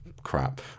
crap